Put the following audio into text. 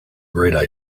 great